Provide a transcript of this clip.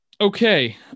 okay